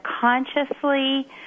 consciously